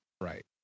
Right